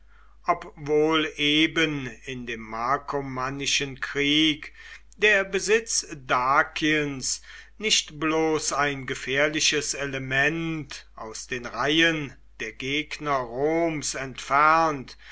obwohl eben in dem markomannischen krieg der besitz dakiens nicht bloß ein gefährliches element aus den reihen der gegner roms entfernt